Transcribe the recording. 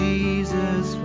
Jesus